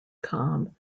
com